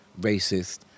racist